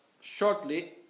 shortly